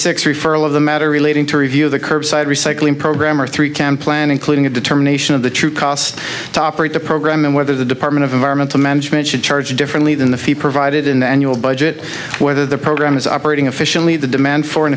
six referral of the matter relating to review the curbside recycling program or three can plan including a determination of the true cost to operate the program and whether the department of environmental management should charge differently than the fee provided in the annual budget whether the program is operating efficiently the demand for